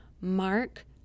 mark